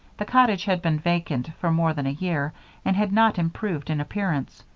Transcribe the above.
the cottage had been vacant for more than a year and had not improved in appearance.